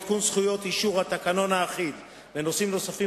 עדכון זכויות אישור התקנון האחיד ונושאים נוספים